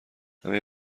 همه